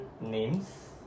names